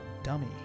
dummy